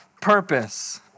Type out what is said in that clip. purpose